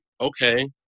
okay